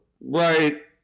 Right